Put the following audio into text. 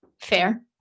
Fair